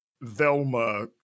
velma